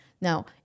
Now